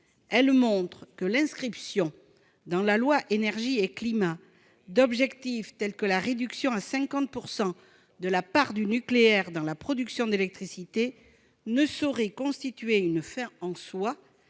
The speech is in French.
elle montre que l'inscription dans la loi Énergie-climat d'objectifs tels que la réduction à 50 % de la part du nucléaire dans la production d'électricité ne saurait constituer une fin en soi